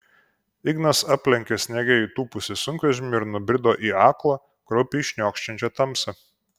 ignas aplenkė sniege įtūpusį sunkvežimį ir nubrido į aklą kraupiai šniokščiančią tamsą